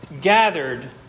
gathered